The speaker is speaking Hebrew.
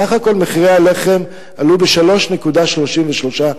מחירי הלחם עלו בסך הכול ב-3.33%.